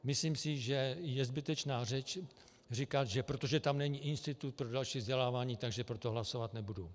Myslím si, že je zbytečná řeč říkat, že proto, že tam není institut pro další vzdělávání, tak že pro to hlasovat nebudu.